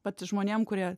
vat žmonėm kurie